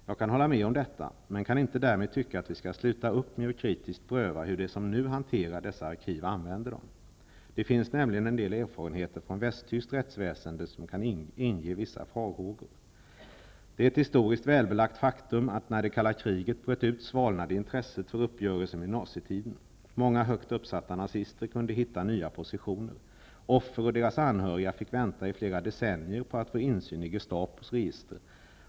Jag kan hålla med om detta, men jag kan därmed inte tycka att vi skall sluta upp med att kritiskt pröva hur de som nu hanterar dessa arkiv använder dem. Det finns nämligen en del erfarenheter från västtyskt rättsväsende som kan inge vissa farhågor. Det är ett historiskt välbelagt faktum att intresset för uppgörelsen med nazitiden svalnade när det kalla kriget bröt ut. Många högt uppsatta nazister kunde hitta nya positioner. Offer och deras anhöriga fick vänta i flera decennier på att få insyn i Gestapos register.